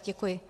Děkuji.